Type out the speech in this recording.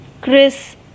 Chris